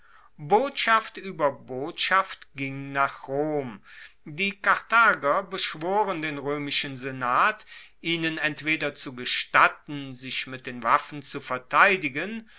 botschaft ueber botschaft ging nach rom die karthager beschworen den roemischen senat ihnen entweder zu gestatten sich mit den waffen zu verteidigen